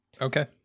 Okay